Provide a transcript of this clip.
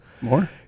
More